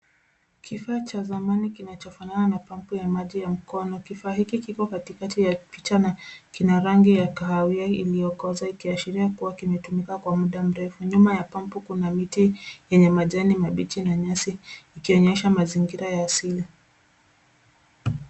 Kifaa cha zamani kinachofanana na pambu ya maji ya mkono .kifaa hiki kipo katikati ya picha na kina rangi ya kahawia iliokuashiria imetumika zaidi ya muda mrefu . Nyuma ya pampu kuwa miti yenye majani mabichi na nyazi ikionyesha mazingira ya asili.